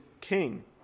King